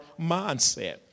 mindset